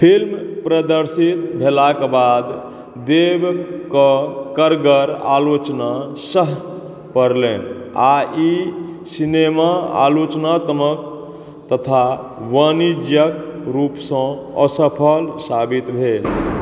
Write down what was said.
film प्रदर्शित भेलाके बाद देवकेँ कड़गर आलोचना सहऽ पड़लनि आओर ई सिनेमा आलोचनात्मक तथा वाणिज्यिक रूपसँ असफल साबित भेल